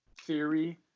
theory